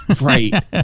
right